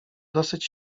dosyć